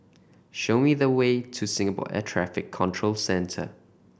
show me the way to Singapore Air Traffic Control Centre